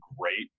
great